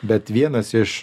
bet vienas iš